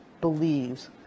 believes